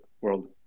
world